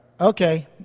Okay